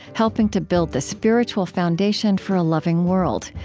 helping to build the spiritual foundation for a loving world.